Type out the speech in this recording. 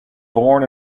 born